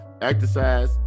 exercise